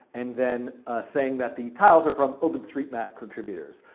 and then saying that the tiles are from open street map contributors.